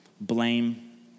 blame